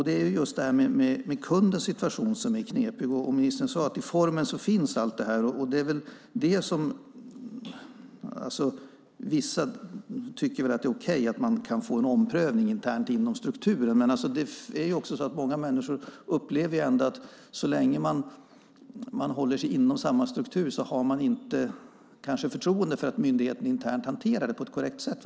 Det är just detta med kundens situation som är knepig. Ministern sade att till formen finns allt detta. Vissa tycker väl att det är okej att man kan få en omprövning internt inom strukturen. Många människor upplever dock att så länge man håller sig inom samma struktur har man inte förtroende för att myndigheten internt hanterar det på ett korrekt sätt.